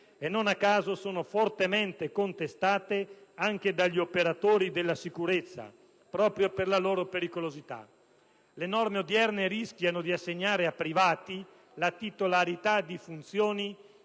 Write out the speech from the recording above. e, non a caso, sono fortemente contestate anche dagli operatori della sicurezza, proprio per la loro pericolosità. Le norme odierne rischiano di assegnare a privati la titolarità di funzioni